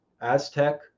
Aztec